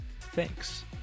Thanks